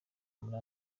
muri